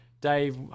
Dave